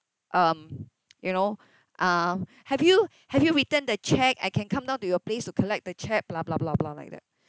um you know uh have you have you returned the cheque I can come down to your place to collect the cheque blah blah blah blah like that